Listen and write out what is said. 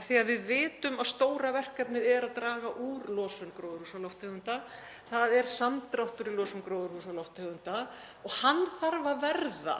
af því að við vitum að stóra verkefnið er að draga úr losun gróðurhúsalofttegunda. Það er samdráttur í losun gróðurhúsalofttegunda og hann þarf að verða